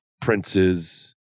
princes